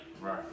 Right